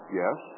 yes